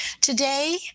Today